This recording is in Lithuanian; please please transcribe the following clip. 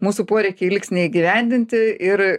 mūsų poreikiai liks neįgyvendinti ir